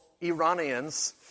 Iranians